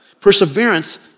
Perseverance